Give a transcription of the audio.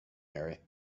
mary